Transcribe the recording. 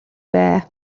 бай